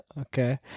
Okay